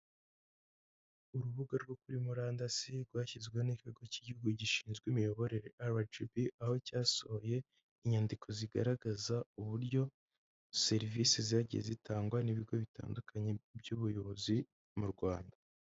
Urubuga rwo kuri murandasi rwashyizweho n'ikigo cy'igihugu gishinzwe imiyoborere RGB aho cyasohoye inyandiko zigaragaza uburyo serivisi zagiye zitangwa n'ibigo bitandukanye by'ubuyobozi mu Rwanda.